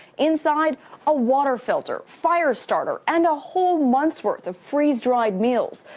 inside a water filter, fire starter and a whole month's worth of freeze dried meals.